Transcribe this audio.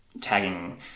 tagging